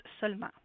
seulement